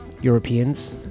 Europeans